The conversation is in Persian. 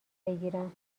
بگیرم